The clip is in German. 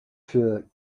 für